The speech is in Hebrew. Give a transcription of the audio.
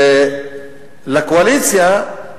לקואליציה,